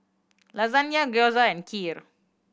Lasagne Gyoza and Kheer